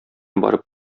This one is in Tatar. барып